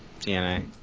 dna